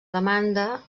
demanda